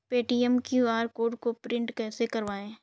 Paytm के QR code को print कैसे करवाएँ?